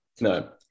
No